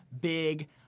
big